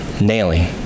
nailing